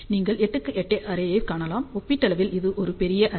நீங்கள் 8 x 8 array ஐக் காணலாம் ஒப்பீட்டளவில் இது ஒரு பெரிய அரே